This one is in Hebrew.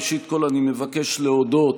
ראשית כול, אני מבקש להודות